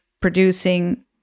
producing